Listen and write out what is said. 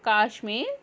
Kashmir